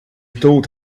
told